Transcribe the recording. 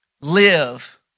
live